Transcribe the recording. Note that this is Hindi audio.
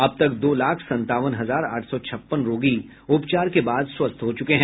अब तक दो लाख संतावन हजार आठ सौ छप्पन रोगी उपचार के बाद स्वस्थ हो चुके हैं